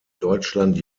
deutschland